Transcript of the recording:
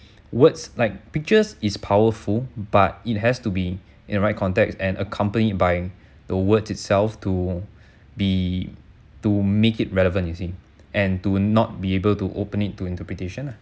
words like pictures is powerful but it has to be in the right context and accompanied by the words itself to be to make it relevant you see and to not be able to open it to interpretation lah